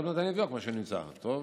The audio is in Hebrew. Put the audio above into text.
עוד מעט אני אבדוק מה נמצא, טוב?